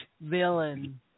villain